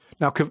Now